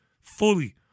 Fully